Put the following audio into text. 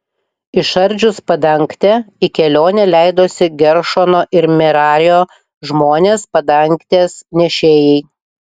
išardžius padangtę į kelionę leidosi geršono ir merario žmonės padangtės nešėjai